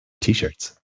T-shirts